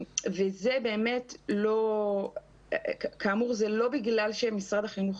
וזה באמת כאמור לא בגלל שמשרד החינוך